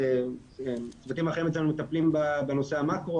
צוותים אחרים אצלנו מטפלים בנושא המקרו,